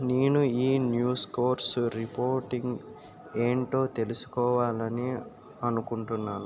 నేను ఈ new scores reporting ఏంటో తెలుసుకోవాలని అనుకుంటున్నాను